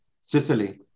Sicily